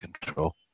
control